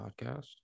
podcast